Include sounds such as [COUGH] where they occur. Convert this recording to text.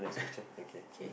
[LAUGHS] okay